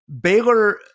Baylor